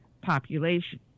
population